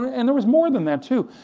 and there was more than that too,